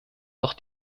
noch